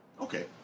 okay